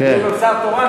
אומנם אני שר תורן,